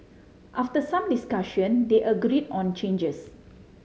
after some discussion they agreed on changes